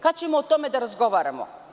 Kada ćemo o tome da razgovarao?